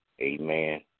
Amen